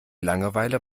langeweile